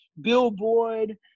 billboard